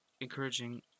encouraging